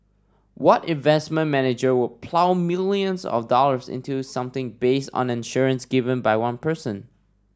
what investment manager would plough millions of dollars into something based on an assurance given by one person